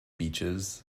beaches